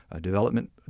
development